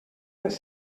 les